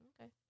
Okay